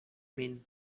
min